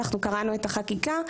אנחנו קראנו את החקיקה,